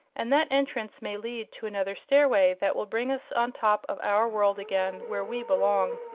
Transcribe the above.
and that entrance may lead to another stairway that will bring us on top of our world again, where we belong.